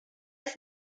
ist